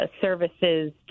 services